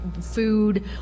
food